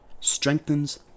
Strengthens